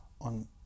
on